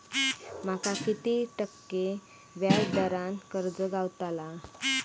माका किती टक्के व्याज दरान कर्ज गावतला?